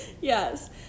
Yes